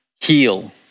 heal